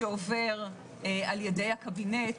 שעובר על-ידי הקבינט,